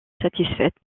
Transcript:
satisfaite